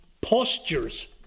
postures